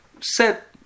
set